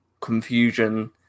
confusion